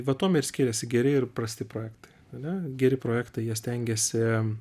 va tuom ir skiriasi geri ir prasti projektai ane geri projektai jie stengiasi